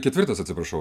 ketvirtas atsiprašau